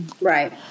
Right